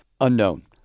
Unknown